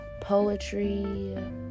poetry